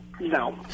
No